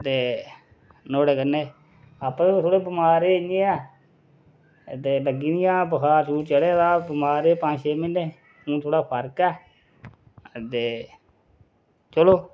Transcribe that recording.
ते नोहड़े कन्नै आपे थोह्डे बमार रेह् इ'यै ते लग्गी दियां बुखार बखूर चढ़े दा बमार रेह् पंज छे म्हीने हून थोह्ड़ा फर्क ऐ ते चलो